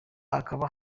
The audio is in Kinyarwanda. hakaba